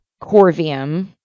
Corvium